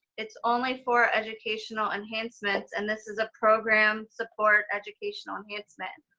it's only for educational enhancements, and this is a program support educational enhancement.